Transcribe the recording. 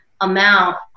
amount